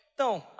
Então